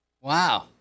Wow